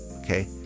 Okay